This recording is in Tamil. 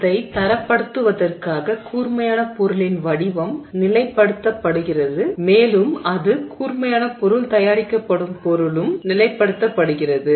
அதை தரப்படுத்துவதற்காக கூர்மையான பொருளின் வடிவம் நிலைப்படுத்தப்படுகிறது உறுதிப்படுத்தப்படுகிறது மேலும் அது கூர்மையான பொருள் தயாரிக்கப்படும் பொருளும் நிலைப்படுத்தப்படுகிறது உறுதிப்படுத்தப்படுகிறது